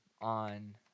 on